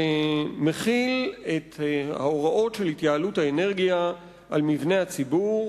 מחיל את ההוראות להתייעלות האנרגיה על מבני הציבור,